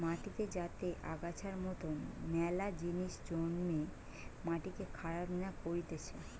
মাটিতে যাতে আগাছার মতন মেলা জিনিস জন্মে মাটিকে খারাপ না করতিছে